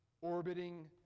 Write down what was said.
Orbiting